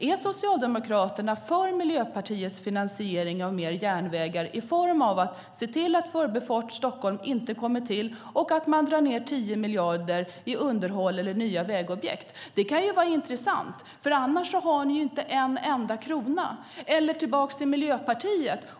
Är Socialdemokraterna för Miljöpartiets finansiering av mer järnvägar i form av att se till att Förbifart Stockholm inte kommer till och dra ned 10 miljarder kronor på underhåll eller nya vägobjekt? Det kan vara intressant, för annars har ni inte en enda krona. Vi kan också gå tillbaka till Miljöpartiet.